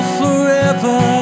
forever